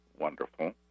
wonderful